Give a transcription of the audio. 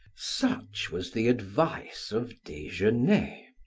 such was the advice of desgenais.